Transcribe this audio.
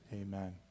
amen